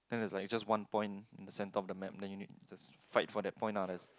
then is like just one point in the center of the map then you need just fight for that point ah there's